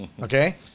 Okay